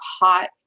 hot